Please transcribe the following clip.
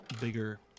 bigger